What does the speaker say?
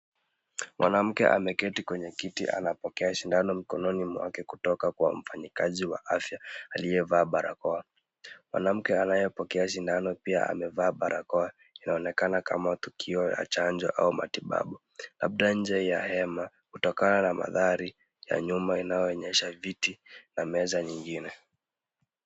Mwanamke ameketi kwenye kiti anapokea shindano mkononi mwake kutoka kwa mfanyikazi wa afya, aliyevaa barakoa. Mwanamke anayepokea sindano pia amevaa barakoa, inaonekana kama tukio la chanjo au matibabu. Labda nje ya hema utakutana na madhari ya nyuma inayoonyesha viti na meza nyingine.